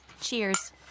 Cheers